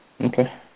Okay